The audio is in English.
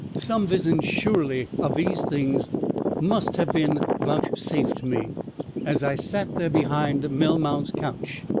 some vision surely of these things must have been vouchsafed me as i sat there behind melmount's couch,